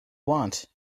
want